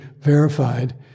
verified